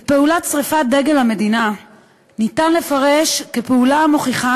את פעולת שרפת דגל המדינה ניתן לפרש כפעולה המוכיחה